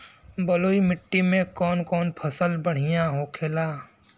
बलुई मिट्टी में कौन कौन फसल बढ़ियां होखेला?